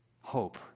Hope